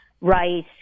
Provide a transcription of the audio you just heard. rice